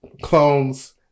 Clones